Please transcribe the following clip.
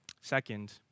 Second